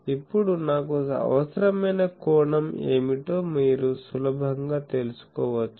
ఇప్పుడు నాకు అవసరమైన కోణం ఏమిటో మీరు సులభంగా తెలుసుకోవచ్చు